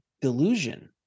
delusion